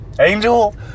Angel